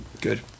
good